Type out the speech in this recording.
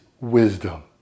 wisdom